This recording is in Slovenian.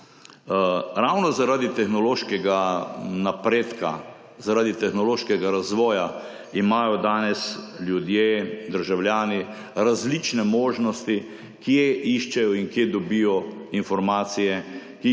Ravno zaradi tehnološkega napredka, zaradi tehnološkega razvoja imajo danes ljudje, državljani različne možnosti, kje iščejo in kje dobijo informacije,